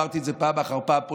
אמרתי את זה פה פעם אחר פעם,